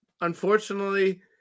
unfortunately